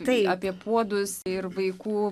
tai apie puodus ir vaikų